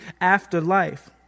afterlife